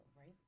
right